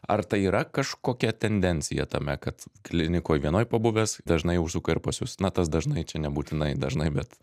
ar tai yra kažkokia tendencija tame kad klinikoj vienoj pabuvęs dažnai užsuka ir pas jus na tas dažnai čia nebūtinai dažnai bet